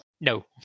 No